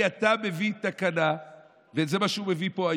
השר שלו כאן הסביר בפתוס שהוא הולך להקל על